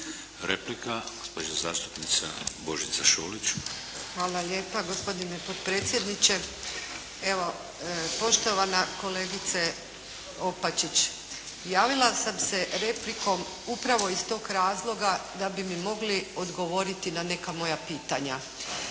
Replika, gospođa zastupnica Božica Šolić. **Šolić, Božica (HDZ)** Hvala lijepa gospodine potpredsjedniče. Evo poštovana kolegice Opapčić, javila sam se replikom upravo iz tog razloga da bi mi mogli odgovoriti na neka moja pitanja